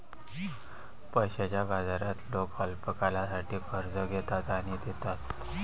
पैशाच्या बाजारात लोक अल्पकाळासाठी कर्ज घेतात आणि देतात